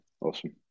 Awesome